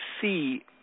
see